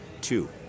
Two